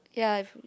ya